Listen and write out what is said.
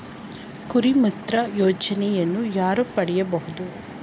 ಕುರಿಮಿತ್ರ ಯೋಜನೆಯನ್ನು ಯಾರು ಪಡೆಯಬಹುದು?